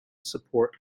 support